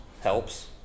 Helps